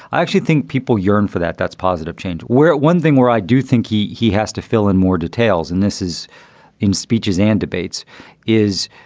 i actually think people yearn for that. that's positive change where one thing where i do think he. he has to fill in more details and this is in speeches and debates is,